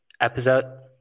episode